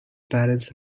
parents